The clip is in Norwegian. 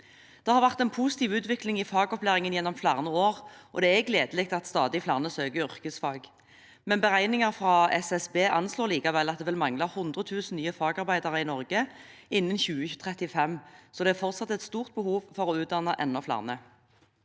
Det har vært en positiv utvikling i fagopplæringen gjennom flere år, og det er gledelig at stadig flere søker yrkesfag. Beregninger fra SSB anslår likevel at det vil mangle 100 000 nye fagarbeidere i Norge innen 2035, så det er fortsatt et stort behov for å utdanne enda flere.